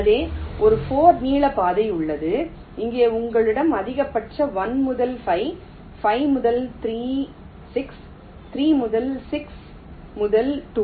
எனவே ஒரு 4 நீள பாதை உள்ளது இங்கே உங்களிடம் அதிகபட்சம் 1 முதல் 5 5 முதல் 3 6 3 6 முதல் 2 3